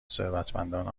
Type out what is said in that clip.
ثروتمندان